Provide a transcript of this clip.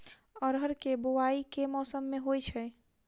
अरहर केँ बोवायी केँ मौसम मे होइ छैय?